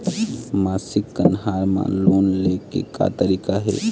मासिक कन्हार म लोन ले के का तरीका हे?